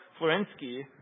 Florensky